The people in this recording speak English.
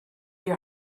your